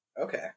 Okay